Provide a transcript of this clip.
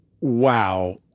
Wow